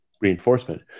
reinforcement